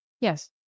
Yes